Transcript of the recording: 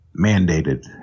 mandated